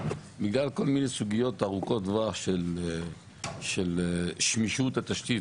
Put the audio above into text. בגלל כל מיני סוגיות ארוכות טווח של שמישות התשתית,